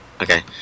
Okay